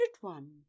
one